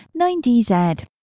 9DZ